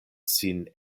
sin